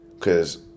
Cause